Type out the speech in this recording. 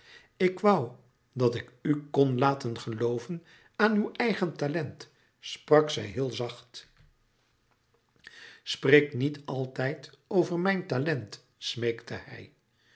ik woû dat ik u kon laten gelooven aan uw eigen talent sprak zij heel zacht spreek niet altijd over mijn talent smeekte hij